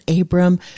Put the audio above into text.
Abram